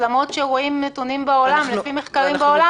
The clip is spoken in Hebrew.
למרות שרואים נתונים לפי מחקרים בעולם.